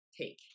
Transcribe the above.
take